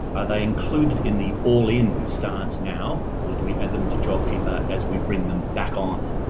are they included in the all in stance now, or do we add them to jobkeeper as we bring them back on?